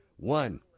One